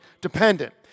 dependent